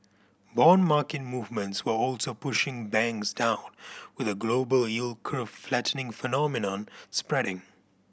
bond market movements were also pushing banks down with a global yield curve flattening phenomenon spreading